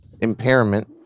impairment